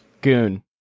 Goon